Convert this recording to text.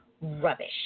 Rubbish